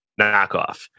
knockoff